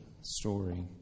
story